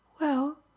Well